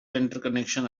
interconnection